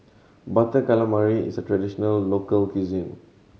Butter Calamari is a traditional local cuisine